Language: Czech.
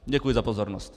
Děkuji za pozornost.